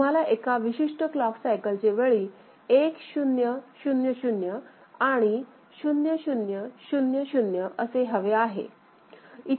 तुम्हाला एका विशिष्ट क्लॉक सायकलचे वेळी 1 0 0 0 आणि 0 0 0 0 असे हवे आहे